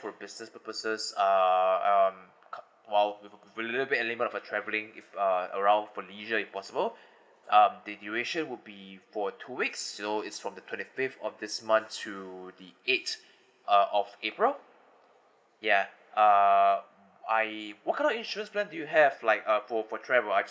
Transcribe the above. for a business purposes uh um while a little bit of element traveling if uh around for leisure if possible um the duration would be for two weeks so it's from the twenty fifth of this month to the eight uh of april ya uh I what kind of insurance plan do you have like uh for for travel I've